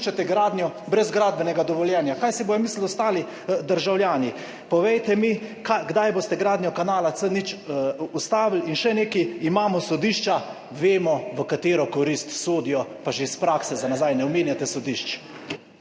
Kaj si bodo mislili ostali državljani? Povejte mi: Kdaj boste gradnjo kanala C0 ustavili? In še nekaj, imamo sodišča, vemo, v čigavo korist sodijo, pa že iz prakse za nazaj ne omenjate sodišč.